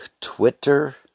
Twitter